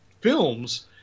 films